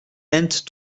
hent